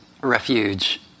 refuge